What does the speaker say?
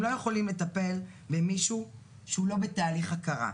לא יכולים לטפל במישהו שהוא לא בתהליך ההכרה.